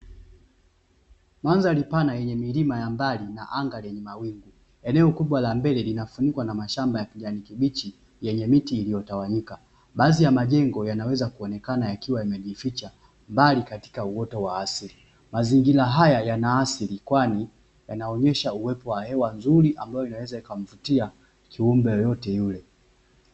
Madhari pana yenye milima ya mbali na anga lenye mawingu, eneo kubwa la mbele linafunikwa na mashamba ya kijani kibichi; yenye miti iliyotawanyika. Baadhi ya majengo yanaweza kuonekana yakiwa yamejificha mbali katika uoto wa asili. Mazingira haya yana asili kwani yanaonyesha uwepo wa hewa nzuri; ambayo inaweza ikamvutia kiumbe yeyote yule.